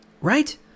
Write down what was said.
Right